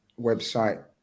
website